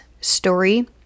story